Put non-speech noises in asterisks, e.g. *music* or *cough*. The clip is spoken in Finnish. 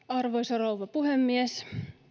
*unintelligible* arvoisa rouva puhemies